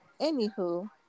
anywho